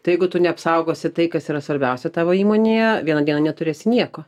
tai jeigu tu neapsaugosi tai kas yra svarbiausia tavo įmonėje vieną dieną neturėsi nieko